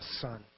son